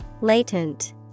Latent